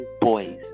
boys